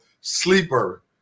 sleeper